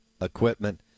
Equipment